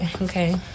okay